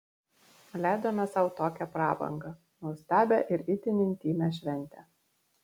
leidome sau tokią prabangą nuostabią ir itin intymią šventę